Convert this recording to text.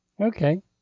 okay